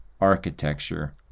architecture